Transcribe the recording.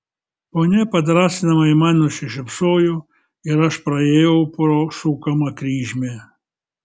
ponia padrąsinamai man nusišypsojo ir aš praėjau pro sukamą kryžmę